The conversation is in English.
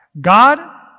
God